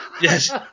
Yes